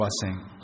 blessing